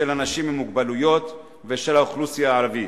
של אנשים עם מוגבלויות ושל האוכלוסייה הערבית.